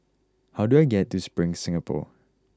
how do I get to Spring Singapore